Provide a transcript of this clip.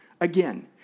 Again